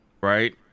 Right